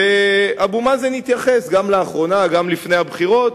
ואבו מאזן התייחס גם לאחרונה, גם לפני הבחירות,